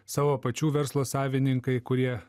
savo pačių verslo savininkai kurie